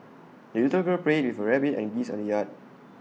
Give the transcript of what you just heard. the little girl played with her rabbit and geese in the yard